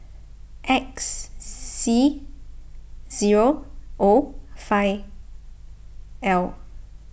X C zero O five L